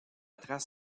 trace